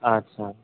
आथ्सा